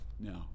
No